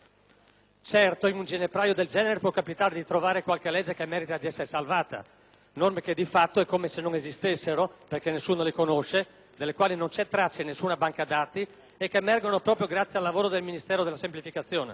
Certo, in un ginepraio del genere può capitare di trovare qualche legge che merita di essere salvata, norme che di fatto è come se non esistessero, perché nessuno le conosce, delle quali non c'è traccia in nessuna banca dati e che emergono proprio grazie al lavoro del Ministero alla semplificazione.